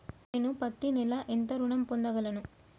నేను పత్తి నెల ఎంత ఋణం పొందగలను?